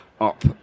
up